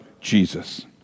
Jesus